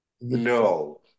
No